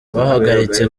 bahagaritse